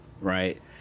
Right